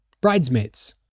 Bridesmaids